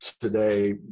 today